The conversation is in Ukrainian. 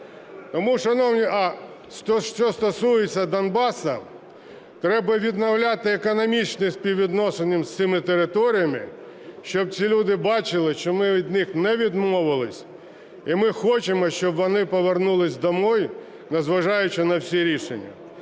Тому, шановні, а що стосується Донбасу, треба відновляти економічні відносини з цими територіями, щоб ці люди бачили, що ми від них не відмовились, і ми хочемо, щоб вони повернулись домой, незважаючи на всі рішення.